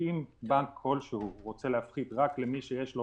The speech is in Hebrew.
אם בנק כלשהו רוצה להפחית רק למי שיש לו